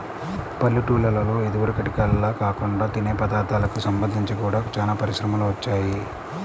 పల్లెటూల్లలో ఇదివరకటిల్లా కాకుండా తినే పదార్ధాలకు సంబంధించి గూడా చానా పరిశ్రమలు వచ్చాయ్